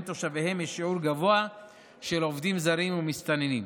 תושביהן יש שיעור גבוה של עובדים זרים ומסתננים.